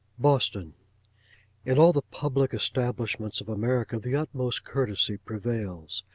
boston in all the public establishments of america, the utmost courtesy prevails.